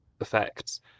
effects